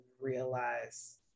realize